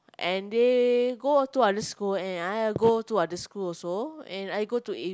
and they go to other school and I go to other school also and I go to